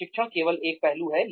प्रशिक्षण केवल एक पहलू है